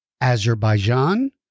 Azerbaijan